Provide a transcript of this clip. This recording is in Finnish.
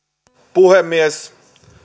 puhemies